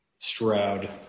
Stroud